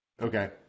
Okay